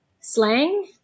slang